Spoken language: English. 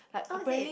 oh is it